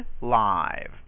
live